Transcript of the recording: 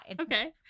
Okay